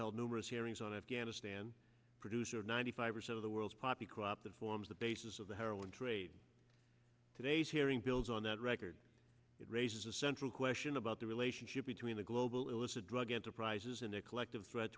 held numerous hearings on afghanistan producer ninety five percent of the world's poppy crop the forms the basis of the heroin trade today's hearing builds on that record it raises a central question about the relationship between the global illicit drug enterprises and their collective threat